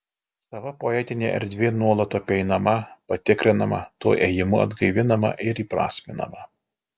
sava poetinė erdvė nuolat apeinama patikrinama tuo ėjimu atgaivinama ir įprasminama